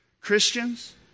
christians